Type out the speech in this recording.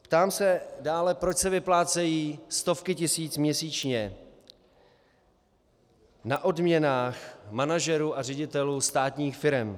Ptám se dále, proč se vyplácejí stovky tisíc měsíčně na odměnách manažerů a ředitelů státních firem.